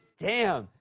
damn.